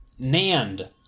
NAND